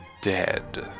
dead